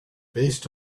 based